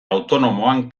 autonomoan